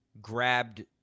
grabbed